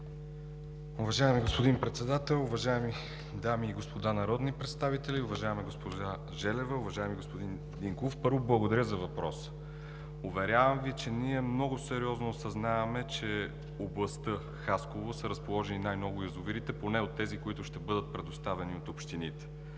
Уважаеми господин Председател, уважаеми дами и господа народни представители! Уважаема госпожо Желева, уважаеми господин Динков, първо, благодаря за въпроса. Уверявам Ви, че ние много сериозно осъзнаваме, че в област Хасково са разположени най-много язовири, поне от тези, които ще бъдат предоставени от общините